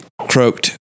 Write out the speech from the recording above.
croaked